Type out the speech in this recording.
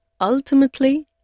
Ultimately